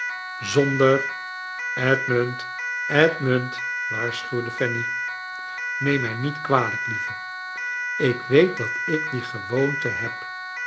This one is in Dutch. zonder edmund edmund waarschuwde fanny neem mij niet kwalijk lieve ik weet dat ik die gewoonte heb